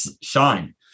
shine